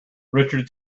richard